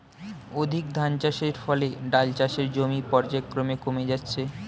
অধিক ধানচাষের ফলে ডাল চাষের জমি পর্যায়ক্রমে কমে যাচ্ছে